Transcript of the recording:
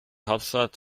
hauptstadt